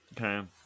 Okay